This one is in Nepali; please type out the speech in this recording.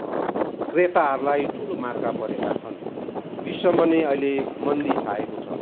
क्रेताहरूलाई ठुलो मर्का परेका छन् विश्वमा नै अहिले मन्दी छाएको छ